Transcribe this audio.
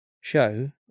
show